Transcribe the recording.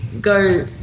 go